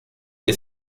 que